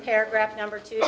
and paragraph number two